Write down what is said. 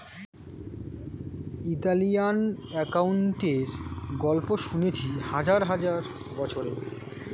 Italian অ্যাকাউন্টেন্টের গল্প শুনেছি হাজার হাজার বছরের